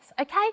okay